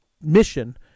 mission